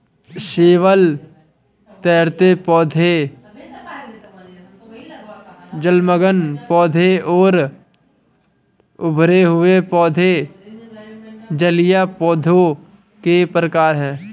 शैवाल, तैरते पौधे, जलमग्न पौधे और उभरे हुए पौधे जलीय पौधों के प्रकार है